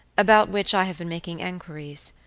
about which i have been making enquiries.